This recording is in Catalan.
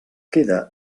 queda